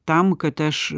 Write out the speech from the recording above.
tam kad aš